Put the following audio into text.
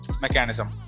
mechanism